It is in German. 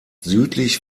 südlich